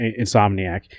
Insomniac